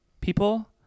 people